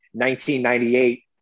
1998